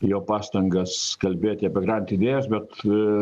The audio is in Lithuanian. jo pastangas kalbėti apie grand idėjas bet